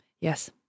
Yes